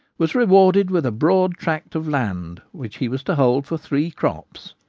was rewarded with a broad tract of land which he was to hold for three crops.